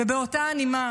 ובאותה הנימה